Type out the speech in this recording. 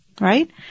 Right